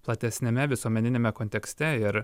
platesniame visuomeniniame kontekste ir